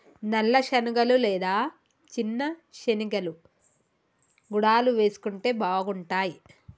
నల్ల శనగలు లేదా చిన్న శెనిగలు గుడాలు వేసుకుంటే బాగుంటాయ్